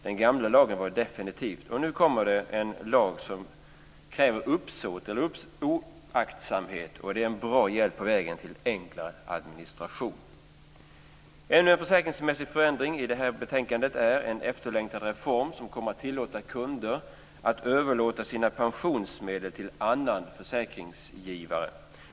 Den gamla lagen var definitiv. Nu kommer det en lag som kräver uppsåt eller oaktsamhet, och det är en bra hjälp på vägen till enklare administration. Ännu en försäkringsmässig förändring i det här betänkandet är en efterlängtad reform som kommer att tillåta kunder att överlåta sina pensionsmedel till annan försäkringsgivare.